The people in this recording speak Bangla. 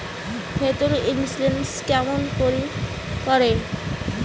হেল্থ ইন্সুরেন্স কেমন করি করে?